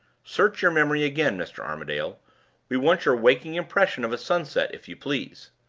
search your memory again, mr. armadale we want your waking impression of a sunset, if you please.